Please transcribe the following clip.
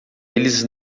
eles